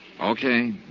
Okay